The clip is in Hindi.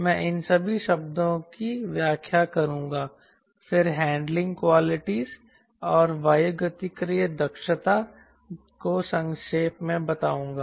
मैं इन सभी शब्दों की व्याख्या करूंगा फिर हैंडलिंग क्वालिटी और वायुगतिकीय दक्षता को संक्षेप में बताऊंगा